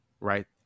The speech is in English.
right